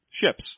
ships